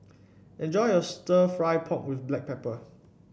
enjoy your stir fry pork with Black Pepper